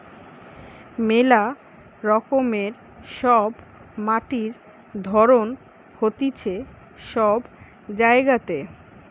মেলা রকমের সব মাটির ধরণ হতিছে সব জায়গাতে